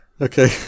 Okay